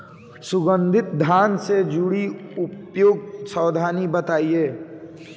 सुगंधित धान से जुड़ी उपयुक्त सावधानी बताई?